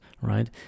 right